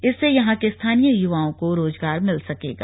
इससे यहां के स्थानीय युवाओं को रोजगार मिल सकेगा